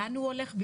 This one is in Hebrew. לאן הוא הולך?